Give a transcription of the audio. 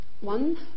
One